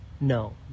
No